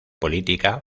política